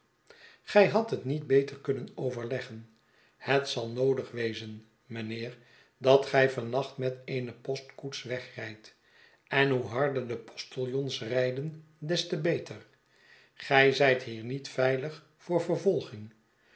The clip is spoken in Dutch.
gij hadt het niet beter kunnen overleggen het zal noodig wezen mijnheer dat gij van nacht met eene postkoets wegrijdt en hoe harder de postiljons rijden des te beter gij zijt hier niet veilig voor vervoiging